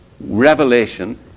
revelation